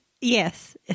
Yes